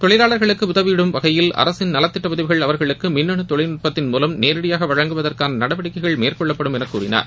தொழிலாளர்களுக்கு உதவிடும் வகையில் அரசின் நலதிட்ட உதவிகள் அவர்களுக்கு மின்னனு தொழில்நுட்பம் மூலம் நேரிடையாக வழங்குவதற்கான நடவடிக்கைகள் மேற்கொள்ளப்படும் என கூறினார்